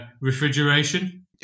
refrigeration